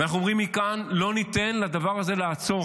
ואנחנו אומרים מכאן: לא ניתן לדבר הזה לעצור.